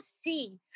see